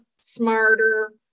smarter